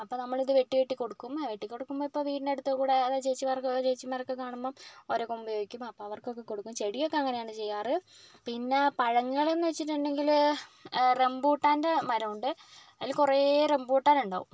അപ്പം നമ്മളത് വെട്ടി വെട്ടി കൊടുക്കും എ വെട്ടിക്കൊടുക്കുമ്പം ഇപ്പം വീട്ടിനടുത്തുകൂടെ ഏതേ ചേച്ചിമാരൊക്കെ ചേച്ചിമാരൊക്കെ കാണുമ്പം ഓരോ കൊമ്പ് ചോദിക്കും അപ്പം അവർക്കൊക്കെ കൊടുക്കും ചെടിയൊക്കെ അങ്ങനെയാണ് ചെയ്യാറ് പിന്നെ പഴങ്ങളെന്ന് വെച്ചിട്ടുണ്ടെങ്കില് റംബൂട്ടാൻ്റെ മരമുണ്ട് അതില് കുറെ റംബൂട്ടാനുണ്ടാവും